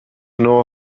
know